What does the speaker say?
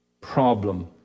problem